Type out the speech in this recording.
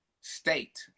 state